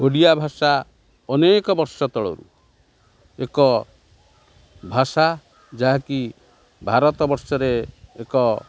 ଓଡ଼ିଆ ଭାଷା ଅନେକ ବର୍ଷ ତଳରୁ ଏକ ଭାଷା ଯାହାକି ଭାରତ ବର୍ଷରେ ଏକ